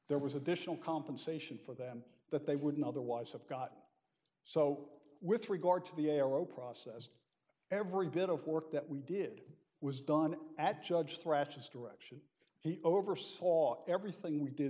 there was additional compensation for them that they wouldn't otherwise have got so with regard to the arrow process every bit of work that we did was done at judge thrashes direction he oversaw everything we did